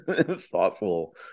thoughtful